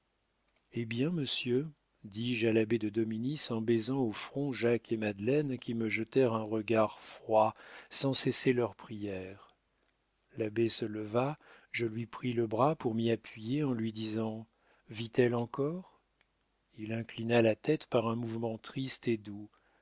eh bien monsieur dis-je à l'abbé de dominis en baisant au front jacques et madeleine qui me jetèrent un regard froid sans cesser leur prière l'abbé se leva je lui pris le bras pour m'y appuyer en lui disant vit-elle encore il inclina la tête par un mouvement triste et doux